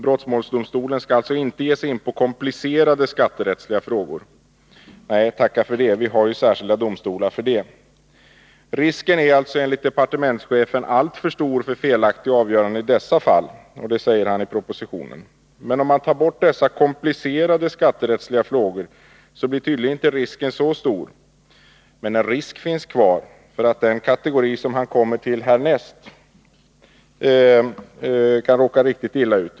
Brottmålsdomstolen skall alltså inte ge sig in på komplicerade skatterättsliga frågor. Nej, tacka för det — vi har ju särskilda domstolar för det. Risken är alltså enligt departementschefen alltför stor för felaktiga avgöranden i dessa fall. Men om man tar bort dessa komplicerade skatterättsliga frågor blir risken tydligen inte så stor. Men en risk finns kvar för att den kategori som han kommer till härnäst kan råka riktigt illa ut.